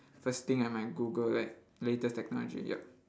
first thing I might google la~ latest technology yup